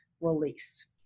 release